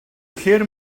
hear